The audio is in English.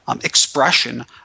expression